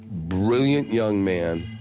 brilliant young man,